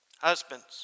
Husbands